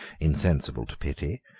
insensible to pity,